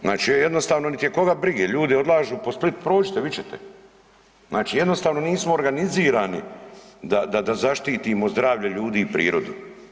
Znači ja jednostavno, niti je koga brige, ljudi odlažu po Split, prođite, vidjet ćete, znači jednostavno nismo organizirani da zaštitimo zdravlje ljudi i prirodu.